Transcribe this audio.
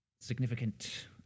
significant